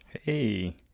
Hey